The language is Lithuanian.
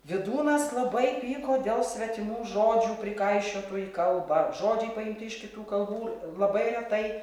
vydūnas labai pyko dėl svetimų žodžių prikaišiotų į kalbą žodžiai paimti iš kitų kalbų labai retai